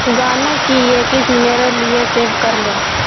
گانے کی یہ قسم میرے لیے سیو کر لو